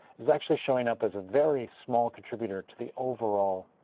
is actually showing up as a very small contributor to the overall